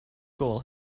goal